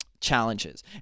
challenges